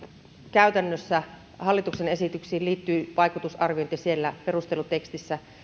käytännössä hallituksen esityksiin liittyy vaikutusarviointi siellä perustelutekstissä